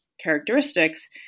characteristics